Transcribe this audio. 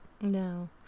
No